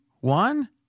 one